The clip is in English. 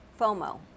FOMO